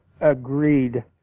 agreed